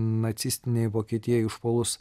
nacistinei vokietijai užpuolus